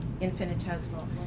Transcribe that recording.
infinitesimal